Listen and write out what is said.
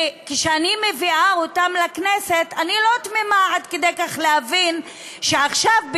וכשאני מביאה אותם לכנסת אני לא תמימה עד כדי להאמין שעכשיו,